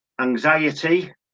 anxiety